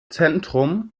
zentrum